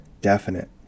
definite